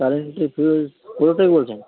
কারেন্টের ফিউস কোথা থেকে বলছেন